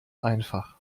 einfach